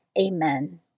Amen